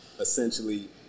essentially